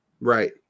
right